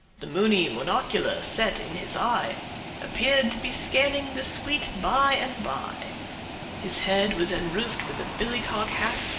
the moony monocular set in his eye appeared to be scanning the sweet bye-and-bye. his head was enroofed with a billycock hat,